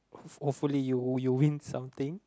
hopefully you'll win something